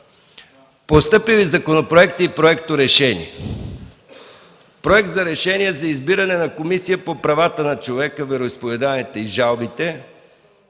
Постъпили законопроекти и проекторешения: - Проект за решение за избиране на Комисия по правата на човека, вероизповеданията и жалбите